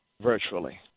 virtually